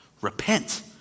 Repent